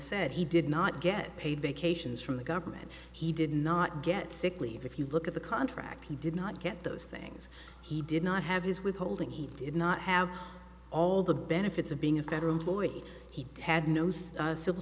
said he did not get paid vacations from the government he did not get sick leave if you look at the contract he did not get those things he did not have his withholding he did not have all the benefits of being a federal employee he had nose civil